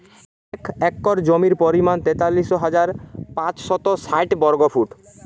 এক একর জমির পরিমাণ তেতাল্লিশ হাজার পাঁচশত ষাট বর্গফুট